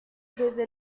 desde